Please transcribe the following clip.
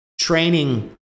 training